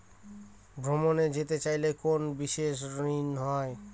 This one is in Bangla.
ভ্রমণে যেতে চাইলে কোনো বিশেষ ঋণ হয়?